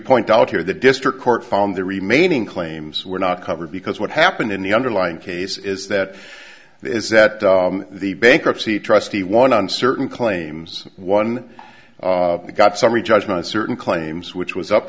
point out here the district court found the remaining claims were not covered because what happened in the underlying case is that is that the bankruptcy trustee won on certain claims one got summary judgment certain claims which was up